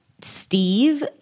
Steve